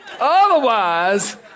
Otherwise